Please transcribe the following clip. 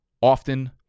often